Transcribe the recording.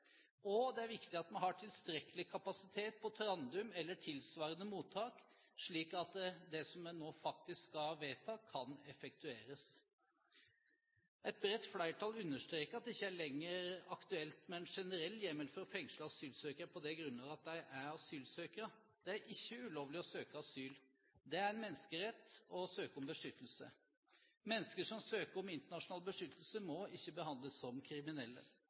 Det er også viktig at vi har tilstrekkelig kapasitet på Trandum eller tilsvarende mottak, slik at det som en nå faktisk skal vedta, kan effektueres. Et bredt flertall understreker at det ikke lenger er aktuelt med en generell hjemmel for å fengsle asylsøkere på det grunnlag at de er asylsøkere. Det er ikke ulovlig å søke asyl. Det er en menneskerett å søke om beskyttelse. Mennesker som søker om internasjonal beskyttelse, må ikke behandles som kriminelle.